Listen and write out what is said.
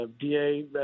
DA